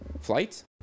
flights